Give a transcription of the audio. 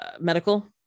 medical